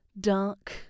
dark